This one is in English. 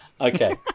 Okay